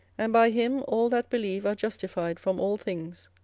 and by him all that believe are justified from all things,